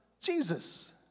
Jesus